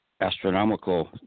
Astronomical